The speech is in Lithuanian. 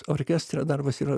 orkestre darbas yra